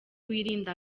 wirinde